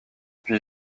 puis